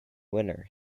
winner